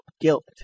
guilt